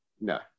No